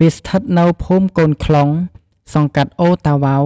វាស្ថិតនៅភូមិកូនខ្លុង សង្កាត់ឣូរតាវ៉ៅ